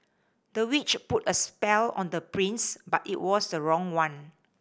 the witch put a spell on the prince but it was the wrong one